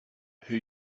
who